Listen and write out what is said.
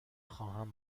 خواهم